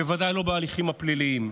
ובוודאי לא בהליכים הפליליים.